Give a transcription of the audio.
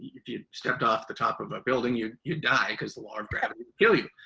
if you stepped off the top of ah building, you, you die because the law of gravity kill you.